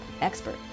expert